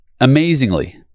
amazingly